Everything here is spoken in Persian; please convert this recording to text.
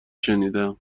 شنیدم